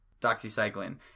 doxycycline